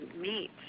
meet